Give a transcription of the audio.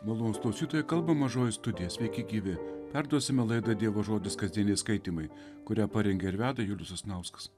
malonūs klausytojai kalba mažoji studija sveiki gyvi perduosime laidą dievo žodis kasdieniai skaitymai kurią parengė ir veda julius sasnauskas